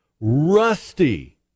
Rusty